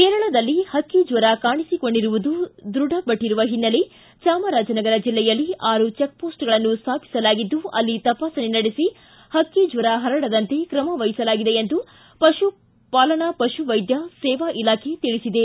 ಕೇರಳದಲ್ಲಿ ಹಕ್ಕಿ ಜ್ವರ ಕಾಣಿಸಿಕೊಂಡಿರುವುದು ದೃಢಪಟ್ಟರುವ ಹಿನ್ನೆಲೆ ಚಾಮರಾಜನಗರ ಜಿಲ್ಲೆಯಲ್ಲಿ ಆರು ಚಿಕ್ಪೋರ್ಟ್ಗಳನ್ನು ಸ್ಥಾಪಿಸಲಾಗಿದ್ದು ಅಲ್ಲಿ ತಪಾಸಣೆ ನಡೆಸಿ ಹಕ್ಕಿ ಜ್ವರ ಹರಡದಂತೆ ಕ್ರಮ ವಹಿಸಲಾಗಿದೆ ಎಂದು ಪಶುಪಾಲನಾ ಪಶುವೈದ್ಯ ಸೇವಾ ಇಲಾಖೆ ತಿಳಿಸಿದೆ